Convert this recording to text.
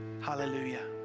Hallelujah